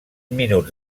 minuts